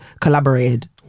collaborated